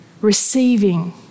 receiving